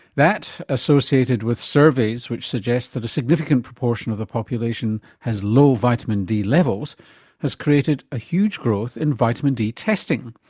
that associated with surveys which suggest that a significant proportion of the population has low vitamin d levels has created a huge growth in vitamin d testing.